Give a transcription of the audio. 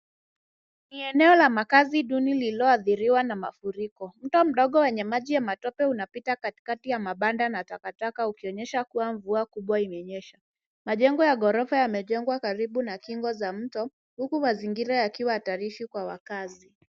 Ni eneo la makazi duni lililoathiriwa na mafuriko. Mto mdogo wenye maji ya matope unapita katikati ya mabanda na takataka ukionyesha kuwa mvua kubwa imenyesha. Majengo ya ghorofa yamejengwa karibu na kingo za mto huku mazingira yakiwahatarishi kwa wakazi.